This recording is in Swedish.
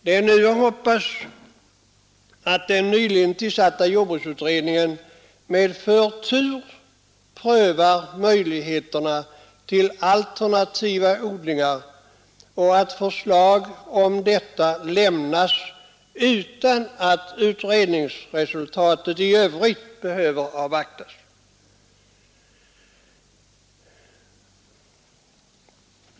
Det är nu att hoppas att den nyligen tillsatta jordbruksutredningen med förtur prövar möjligheterna till alternativa odlingar och att förslaget härom framläggs utan att resultatet av utredningsarbetet i övrigt avvaktas.